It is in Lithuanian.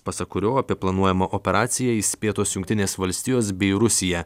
pasak kurio apie planuojamą operaciją įspėtos jungtinės valstijos bei rusija